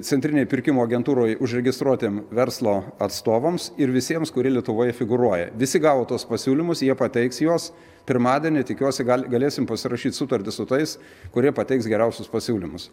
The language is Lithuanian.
centrinėj pirkimų agentūroj užregistruotiem verslo atstovams ir visiems kurie lietuvoj figūruoja visi gavo tuos pasiūlymus jie pateiks juos pirmadienį tikiuosi gal galėsim pasirašyt sutartį su tais kurie pateiks geriausius pasiūlymus